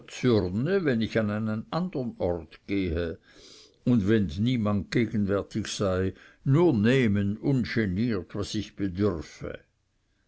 wenn ich an einen andern ort gehe und wenn niemand gegenwärtig sei nur nehmen ungeniert was ich bedürfe